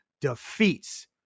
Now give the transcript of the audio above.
defeats